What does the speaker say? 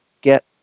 get